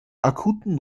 akuten